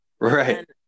Right